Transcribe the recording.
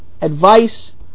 advice